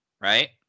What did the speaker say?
right